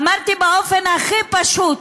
אמרתי באופן הכי פשוט